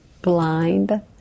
blind